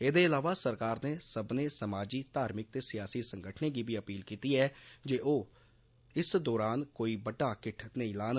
एह्दे अलावा सरकार नै सब्मने समाजी घार्मिक ते सियासी संगठनें गी बी अपील कीती ऐ जे ओह इस दौरान कोई बड्डा किट्ठ नेई लान